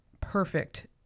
perfect